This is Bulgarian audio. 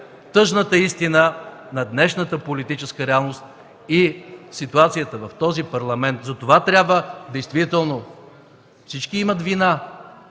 тъжната истина на днешната политическа реалност и ситуацията в този Парламент. Затова трябва, действително всички имат вина